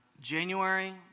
January